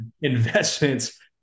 investments